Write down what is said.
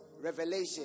revelation